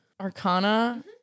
Arcana